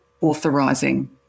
authorising